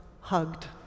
hugged